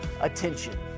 attention